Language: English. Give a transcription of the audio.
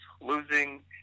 losing